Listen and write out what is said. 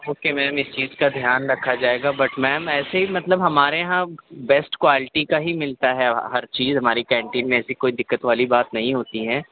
okay ma'am اِس چیز کا دھیان رکھا جائے گا بٹ میم ایسے ہی مطلب ہمارے یہاں بیسٹ کوالٹی کا ہی ملتا ہے ہر چیز ہماری کینٹین میں ایسی کوئی دقت والی بات نہیں ہوتی ہے